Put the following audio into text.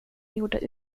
gjorde